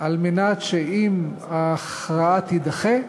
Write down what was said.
על מנת שאם ההכרעה תידחה,